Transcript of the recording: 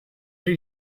did